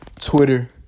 Twitter